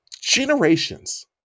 generations